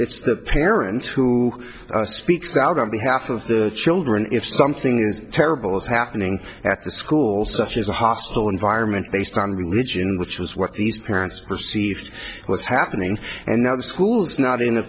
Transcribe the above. it's the parents who speaks out on behalf of the children if something is terrible is happening at the school such as a hostile environment based on religion which was what these parents perceived was happening and now the school is not in a